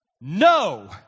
No